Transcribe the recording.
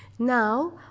Now